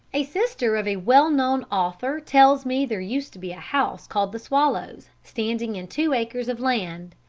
a sister of a well-known author tells me there used to be a house called the swallows, standing in two acres of land,